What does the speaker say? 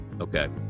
Okay